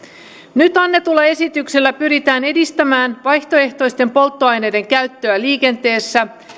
nyt annetulla esityksellä pyritään edistämään vaihtoehtoisten polttoaineiden käyttöä liikenteessä